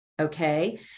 Okay